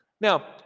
Now